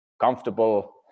comfortable